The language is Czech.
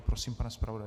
Prosím, pane zpravodaji.